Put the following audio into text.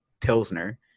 Pilsner